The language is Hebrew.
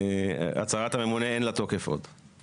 הצהרת הממונה אין לה תוקף עוד.